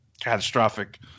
catastrophic